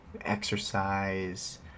exercise